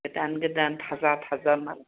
गोदान गोदान थाजा थाजा माल